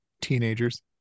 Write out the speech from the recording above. teenagers